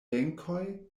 benkoj